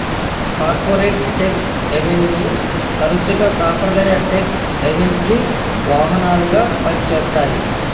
corporate tax హెవెన్ని తరచుగా సాంప్రదాయ ట్యేక్స్ హెవెన్కి వాహనాలుగా పనిచేత్తాయి